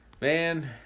Man